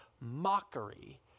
mockery